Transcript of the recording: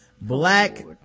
black